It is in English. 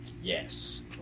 Yes